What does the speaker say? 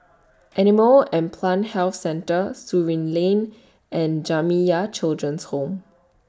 Animal and Plant Health Centre Surin Lane and Jamiyah Children's Home